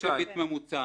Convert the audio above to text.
יש ריבית ממוצעת.